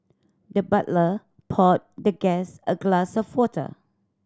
the butler poured the guest a glass of water